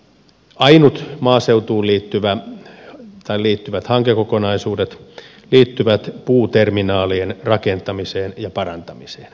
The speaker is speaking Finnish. ainoat maaseutuun liittyvät hankekokonaisuudet liittyvät puuterminaalien rakentamiseen ja parantamiseen